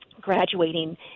graduating